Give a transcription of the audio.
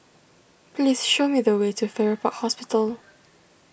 please show me the way to Farrer Park Hospital